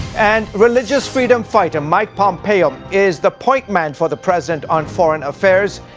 and. religious freedom fighter, mike pompeo, is the point man for the president on foreign affairs.